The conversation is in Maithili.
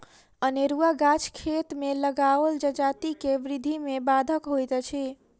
अनेरूआ गाछ खेत मे लगाओल जजाति के वृद्धि मे बाधक होइत अछि